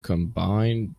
combine